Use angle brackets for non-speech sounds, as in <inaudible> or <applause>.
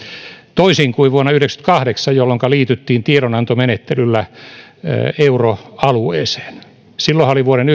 toisin kuin vuonna yhdeksänkymmentäkahdeksan jolloin liityttiin tiedonantomenettelyllä euroalueeseen silloinhan oli vuoden <unintelligible>